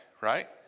right